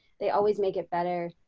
they always make it better.